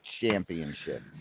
Championship